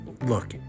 look